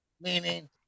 meaning